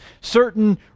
certain